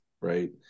right